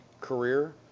career